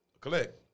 collect